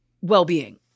well-being